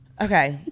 Okay